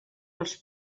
els